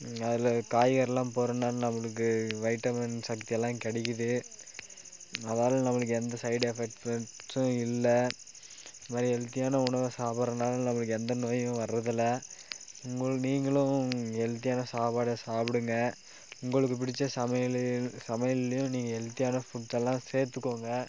அதில் காய்கறியெல்லாம் போடுறதுனால நம்மளுக்கு வைட்டமின் சக்தி எல்லா கிடைக்குது அதால் நமக்கு எந்த சைட் எஃபெக்ட்ஸும் இல்லை இது மாதிரி ஹெல்த்தியான உணவாக சாப்பிட்றதுனால நமக்கு எந்த நோயும் வர்றதில்லை மு நீங்களும் ஹெல்த்தியான சாப்பாடாக சாப்பிடுங்க உங்களுக்கு பிடிச்ச சமையல் சமையல்லேயும் நீங்கள் ஹெல்த்தியான ஃபுட்ஸ் எல்லாம் சேர்த்துக்கோங்க